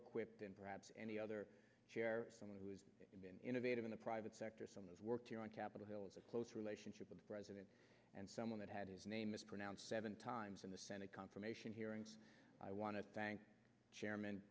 equipped than perhaps any other someone who is innovative in the private sector some of work here on capitol hill is a close relationship with the president and someone that had his name is pronounced seven times in the senate confirmation hearings i want to thank chairman